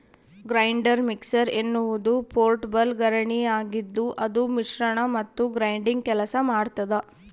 grinder mixer ಎನ್ನುವುದು portable ಗಿರಣಿಯಾಗಿದ್ದುಅದು ಮಿಶ್ರಣ ಮತ್ತು ಗ್ರೈಂಡಿಂಗ್ ಕೆಲಸ ಮಾಡ್ತದ